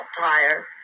tire